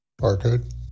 Barcode